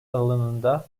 alanında